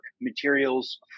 materials